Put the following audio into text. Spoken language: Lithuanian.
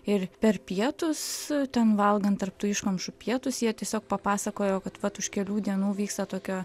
ir per pietus ten valgant tarp tų iškamšų pietus jie tiesiog papasakojo kad va už kelių dienų vyksta tokia